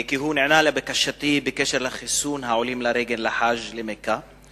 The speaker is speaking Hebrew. כי הוא נענה לבקשתי בקשר לחיסון העולים לרגל לחאג' למכה,